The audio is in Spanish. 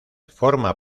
forma